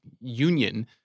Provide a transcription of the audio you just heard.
union